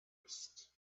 list